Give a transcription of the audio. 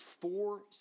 four